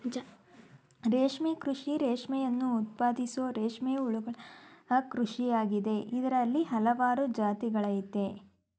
ರೇಷ್ಮೆ ಕೃಷಿ ರೇಷ್ಮೆಯನ್ನು ಉತ್ಪಾದಿಸೋ ರೇಷ್ಮೆ ಹುಳುಗಳ ಕೃಷಿಯಾಗಿದೆ ಇದ್ರಲ್ಲಿ ಹಲ್ವಾರು ಜಾತಿಗಳಯ್ತೆ